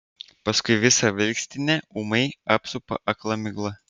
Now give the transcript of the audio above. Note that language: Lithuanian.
paskui visą vilkstinę ūmai apsupa akla migla